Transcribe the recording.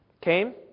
came